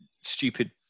stupid